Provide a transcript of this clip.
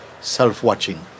self-watching